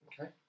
okay